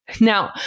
Now